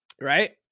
right